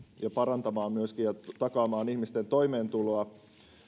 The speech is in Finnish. ja parantamaan myöskin ja takaamaan ihmisten toimeentuloa